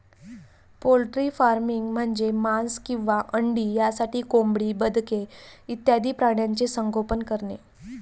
poultry farming म्हणजे मांस किंवा अंडी यासाठी कोंबडी, बदके इत्यादी प्राण्यांचे संगोपन करणे